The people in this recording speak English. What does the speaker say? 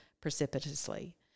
precipitously